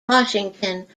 washington